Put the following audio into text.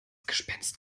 gespenst